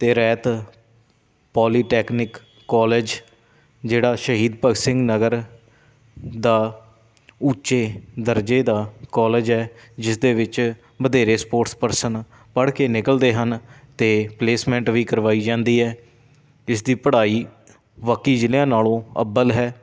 ਅਤੇ Rayat polytechnic college ਜਿਹੜਾ ਸ਼ਹੀਦ ਭਗਤ ਸਿੰਘ ਨਗਰ ਦਾ ਉੱਚੇ ਦਰਜੇ ਦਾ ਕੋਲਜ ਹੈ ਜਿਸ ਦੇ ਵਿੱਚ ਵਧੇਰੇ ਸਪੋਰਟਸ ਪਰਸਨ ਪੜ੍ਹ ਕੇ ਨਿਕਲਦੇ ਹਨ ਅਤੇ ਪਲੇਸਮੈਂਟ ਵੀ ਕਰਵਾਈ ਜਾਂਦੀ ਹੈ ਇਸ ਦੀ ਪੜ੍ਹਾਈ ਬਾਕੀ ਜ਼ਿਲ੍ਹਿਆਂ ਨਾਲੋਂ ਅੱਬਲ ਹੈ